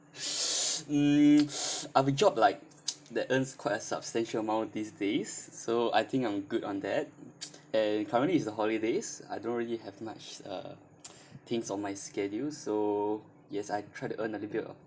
mm have a job like that earns quite a substantial amount these days so I think I'm good on that and currently is the holidays I don't really have much uh things on my schedule so yes I try to earn a little bit of